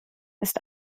ist